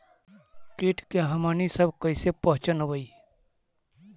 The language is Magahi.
किट के हमनी सब कईसे पहचनबई?